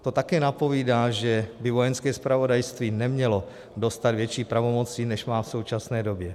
To také napovídá, že by Vojenské zpravodajství nemělo dostat větší pravomoci, než má v současné době.